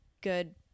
good